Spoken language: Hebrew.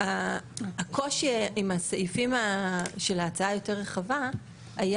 הקושי עם הסעיפים של ההצעה היותר רחבה היה